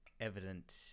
evident